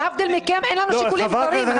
להבדיל מכם, אין לנו שיקולים זרים.